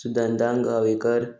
सुदंतां Gavekar